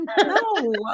No